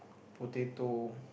potato